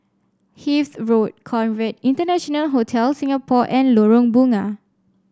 Hythe Road Conrad International Hotel Singapore and Lorong Bunga